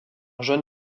john